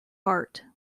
heart